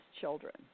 children